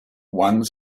one